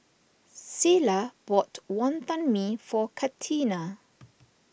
Cilla bought Wonton Mee for Catina